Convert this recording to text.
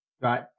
Right